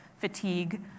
fatigue